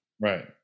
Right